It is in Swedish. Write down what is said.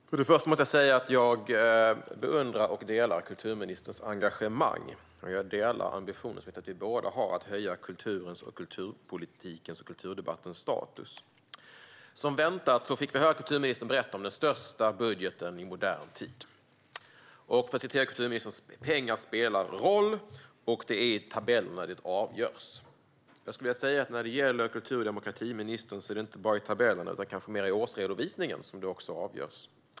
Herr talman! Först måste jag säga att jag beundrar och delar kulturministerns engagemang, och vi har båda ambitionen att höja kulturens, kulturpolitikens och kulturdebattens status. Som väntat fick vi höra kulturministern berätta om den största budgeten i modern tid. Och för att citera kulturministern spelar pengar roll, och det är i tabellerna som det avgörs. Jag skulle vilja säga till kultur och demokratiministern att det inte bara är i tabellerna utan kanske mer i årsredovisningen som det avgörs.